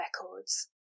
records